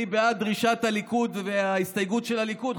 בעד דרישת הליכוד וההסתייגות של הליכוד.